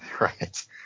Right